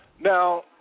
Now